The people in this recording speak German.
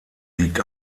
liegt